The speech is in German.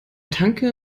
tanke